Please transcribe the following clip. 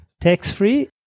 tax-free